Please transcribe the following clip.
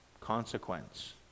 consequence